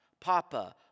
Papa